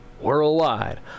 Worldwide